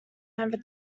never